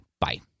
Bye